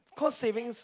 cost savings